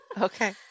Okay